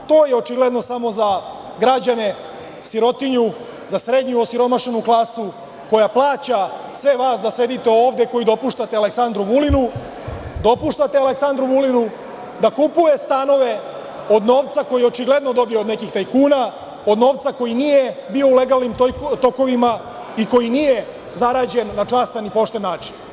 To je očigledno samo za građane, sirotinju, za srednje osiromašenu klasu koja plaća sve vas da sedite ovde, koji dopuštate Aleksandru Vulinu da kupuje stanove od novca koji je očigledno dobio od nekih tajkuna, od novca koji nije bio u legalnim tokovima i koji nije zarađen na častan i pošten način.